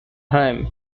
hymn